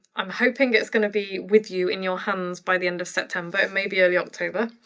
i'm hoping it's gonna be with you in your hands by the end of september, it may be early october.